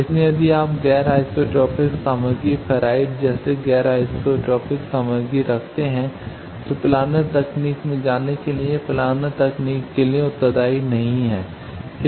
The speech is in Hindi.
इसलिए यदि आप गैर आइसोट्रोपिक सामग्री फेराइट जैसी गैर आइसोट्रोपिक सामग्री रखते हैं तो प्लानर तकनीक में जाने के लिए यह प्लानर तकनीक के लिए उत्तरदायी नहीं है